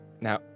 now